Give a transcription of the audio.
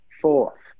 fourth